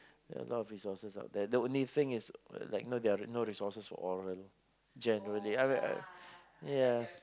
a lot of resources out there the only thing is like there no resources for oral generally I mean I ya